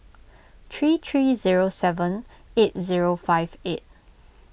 three three zero seven eight zero five eight